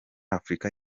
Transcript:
afrika